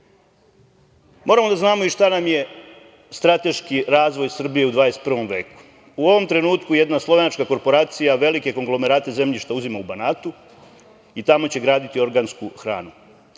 da znamo i šta nam je strateški razvoj Srbije u 21. veku. U ovom trenutku jedna slovenačke korporacija velike konglomerate zemljišta uzima u Banatu i tamo će graditi organsku hranu.